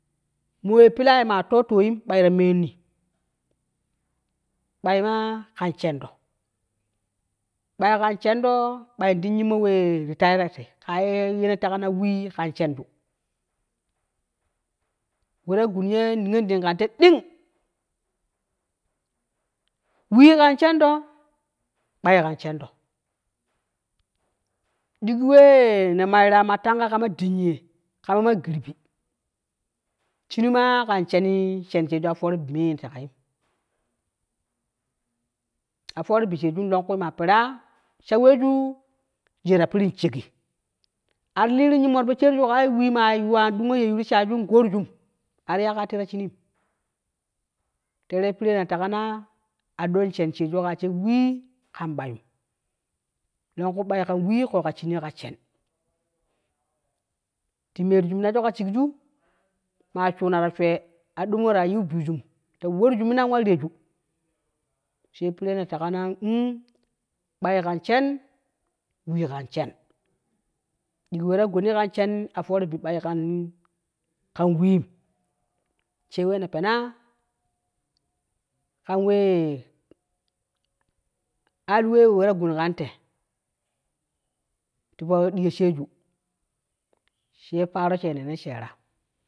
Moo ye pilaai maa totoi ɓai ta menni, ɓai maa kan shen do, ɓai kan shendo ɓai ti yimmo wep ti tai kaaye ye ne tega na wii kar shendo weta gun ye niyon ding kan te ɗing wii kan shendo, ɓai kan shendo, ɗigi wee ne maira tanga kama dinyi kama ma girbi shini maa kan sheeni sheen sheeju a fooro bi mee ne tege yem a fooro bisheejuru longku maa peraa sha weju jiye ta piri in shegi ati liru yimmo tipo sheeriju ƙaa ye wii ma yuuwa in dungu yeiyeru shaiju in koorijum ati ya kaa tem ta shinim teere piree ni taga naa aoloo shen sheeju ka she wii kan ɓayum longku ɓai kan wii kooga shinii ƙa shen ti meruju mina ka shigju mmaa shuuna ta swe, adoo mura yu bujuma ta warju mina in wa reeju, she pire ne tega na mm bai kan shen wii kan shen, diji we ta gun kan shen a fooro bi b'ai kan wiim she wee ne penaa kan wee hali wee wa ta gun kante tipo diyo sheeju she paro sheno yene sheera.